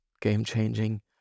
game-changing